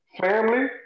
Family